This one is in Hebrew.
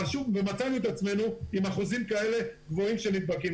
ומצאנו את עצמנו עם אחוזים כאלה גבוהים של נדבקים.